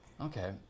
okay